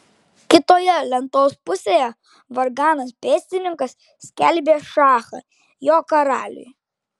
kitoje lentos pusėje varganas pėstininkas skelbė šachą jo karaliui